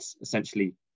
essentially